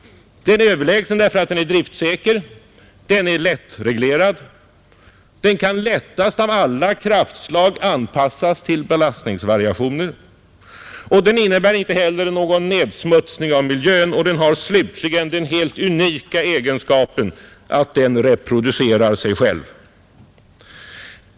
Den är överlägsen därför att den är driftsäker. Den är lättreglerad. Den kan lättast av alla kraftslag anpassas till belastningsvariationer. Den innebär inte heller någon nedsmutsning av miljön. Den har slutligen den helt unika egenskapen att den reproducerar sig själv.